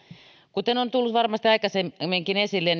kuten on tullut varmasti aikaisemminkin esille